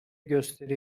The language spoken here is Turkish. gösteri